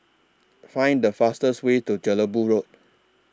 Find The fastest Way to Jelebu Road